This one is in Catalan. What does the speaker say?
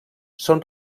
són